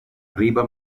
riba